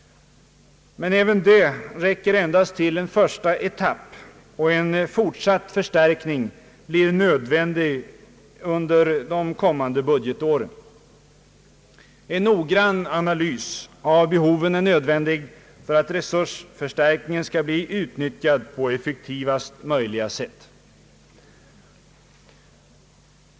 Men även detta belopp räcker endast till en första etapp, och en fortsatt förstärkning blir nödvändig under de kommande budgetåren. En noggrann analys av behoven är nödvändig för att resursförstärk ningen skall bli utnyttjad på effektivast möjliga sätt.